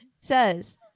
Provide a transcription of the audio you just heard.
says